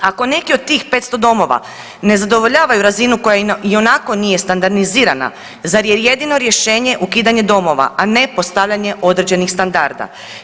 Ako neki od tih 500 domova ne zadovoljavaju razinu koja ionako nije standardizirana zar je jedino rješenje ukidanje domova, a ne postavljanje određenih standarda.